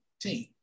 team